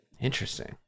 interesting